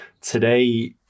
Today